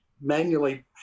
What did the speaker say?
manually